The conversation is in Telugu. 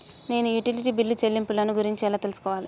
నేను యుటిలిటీ బిల్లు చెల్లింపులను గురించి ఎలా తెలుసుకోవాలి?